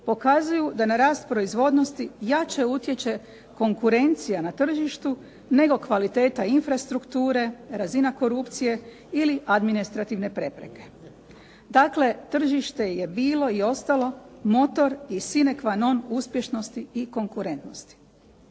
pokazuju da na rast proizvodnosti jače utječe konkurencija na tržištu nego kvaliteta infrastrukture, razina korupcije ili administrativne prepreke. Dakle, tržište je bilo i ostalo motor i cine qua non uspješnosti i konkurentnosti.